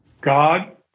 God